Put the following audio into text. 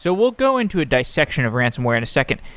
so we'll go into a dissection of ransonware in a second.